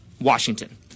Washington